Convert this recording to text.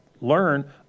learn